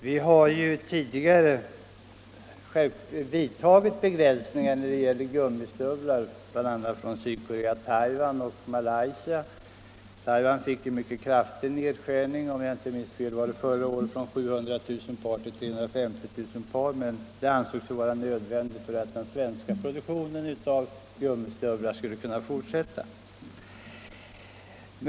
Vi har ju tidigare begränsat importen av gummistövlar från bl.a. Sydkorea, Taiwan och Malaysia. Det var en mycket kraftig nedskärning av importen från Taiwan förra året — om jag inte minns fel från 700 000 till 350 000 par. Det ansågs vara nödvändigt för att den svenska produktionen av gummistövlar skulle kunna fortsätta.